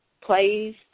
plays